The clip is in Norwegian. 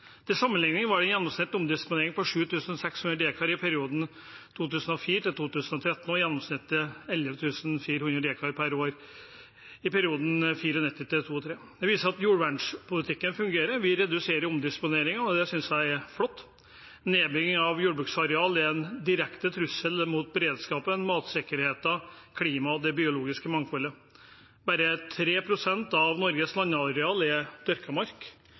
Til sammenlikning var den gjennomsnittlige omdisponeringen per år på 7 600 dekar i perioden 2004–2013 og på 11 400 dekar i perioden 1994–2003. Det viser at jordvernpolitikken fungerer. Vi reduserer omdisponeringen, og det synes jeg er flott. Nedbyggingen av jordbruksareal er en direkte trussel mot beredskapen, matsikkerheten, klimaet og det biologiske mangfoldet. Bare 3 pst. av Norges landareal er dyrket mark,